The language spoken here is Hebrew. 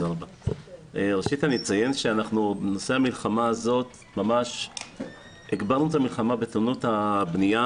ראשית אני אציין שבנושא המלחמה הזאת ממש הגברנו את המלחמה בתאונות הבנייה